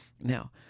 Now